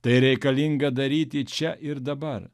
tai reikalinga daryti čia ir dabar